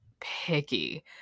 picky